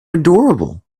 adorable